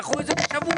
דחו את זה בשבוע.